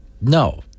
no